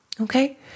Okay